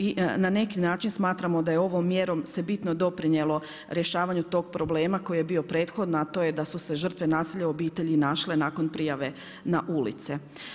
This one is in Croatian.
I na neki način smatramo da je ovom mjerom se bitno doprinijelo rješavanju tog problema koji je bio prethodno a to je da su se žrtve nasilja u obitelji našle nakon prijave na ulice.